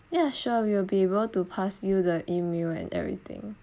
ya sure will be able to pass you the E mail and everything